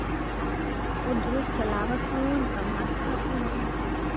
उद्योग चलावत हउवन कमात खात हउवन